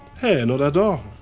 hey, not at all.